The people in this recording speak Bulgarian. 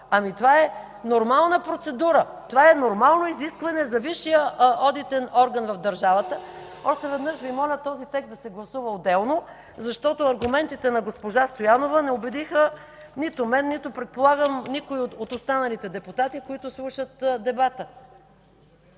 Ами това е нормална процедура, това е нормално изискване за висшия одитен орган на държавата. Още веднъж Ви моля този текст да се гласува отделно, защото аргументите на госпожа Стоянова не убедиха нито мен, нито – предполагам, никой от останалите депутати, които слушат дебата.